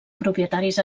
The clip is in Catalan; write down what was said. propietaris